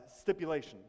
stipulation